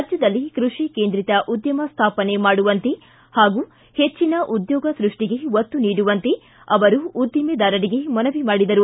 ರಾಜ್ಯದಲ್ಲಿ ಕೃಷಿ ಕೇಂದ್ರಿತ ಉದ್ಯಮ ಸ್ಥಾಪನೆ ಮಾಡುವಂತೆ ಹಾಗೂ ಹೆಚ್ಚಿನ ಉದ್ಯೋಗ ಸೃಷ್ಷಿಗೆ ಒತ್ತು ನೀಡುವಂತೆ ಅವರು ಉದ್ದಿಮೆದಾರರಿಗೆ ಮನವಿ ಮಾಡಿದರು